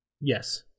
Yes